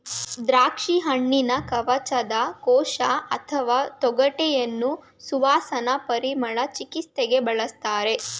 ದ್ರಾಕ್ಷಿಹಣ್ಣಿನ ಕವಚದ ಕೋಶ ಅಥವಾ ತೊಗಟೆಯನ್ನು ಸುವಾಸನಾ ಪರಿಮಳ ಚಿಕಿತ್ಸೆಗೆ ಬಳಸ್ತಾರೆ